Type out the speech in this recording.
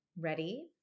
Ready